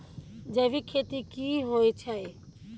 जैविक खेती की होए छै?